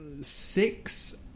six